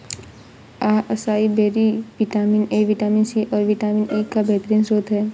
acai berry vitamin A, vitamin C, और vitamin E का बेहतरीन स्त्रोत है